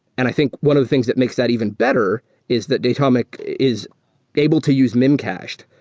and i think one of the things that makes that even better is that datomic is able to use memcached.